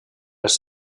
les